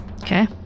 Okay